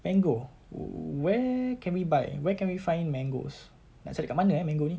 mango where can we buy where can we find mangoes nak cari dekat mana eh mango ini